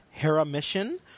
Heramission